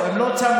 לא, הם לא צמחו